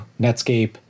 Netscape